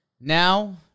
Now